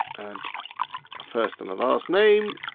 and the first and the last name.